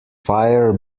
fire